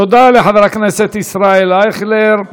תודה לחבר הכנסת ישראל אייכלר.